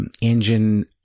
engine